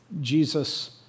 Jesus